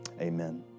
Amen